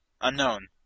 Unknown